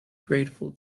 grateful